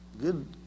good